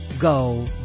go